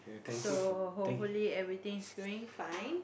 so hopefully everything is doing fine